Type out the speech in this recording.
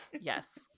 Yes